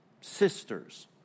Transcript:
sisters